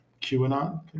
QAnon